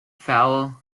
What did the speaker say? foul